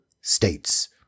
states